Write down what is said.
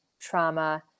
trauma